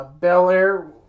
Belair